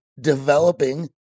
developing